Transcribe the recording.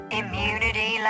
immunity